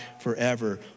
forever